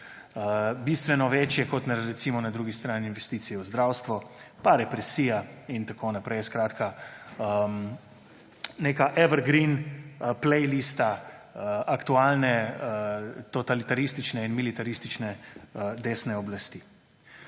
bistveno večje kot, recimo, na drugi strani investicije v zdravstvo, pa represija in tako naprej. Skratka, neka evergreen play lista aktualne totalitaristične in militaristične desne oblasti.